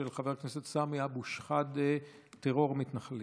של חבר הכנסת סמי אבו שחאדה: טרור מתנחלים.